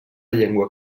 llengua